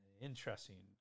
Interesting